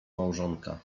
małżonka